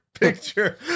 picture